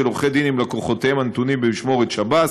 עורכי-דין עם לקוחותיהם הנתונים במשמורת שב"ס,